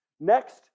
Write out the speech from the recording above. Next